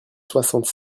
soixante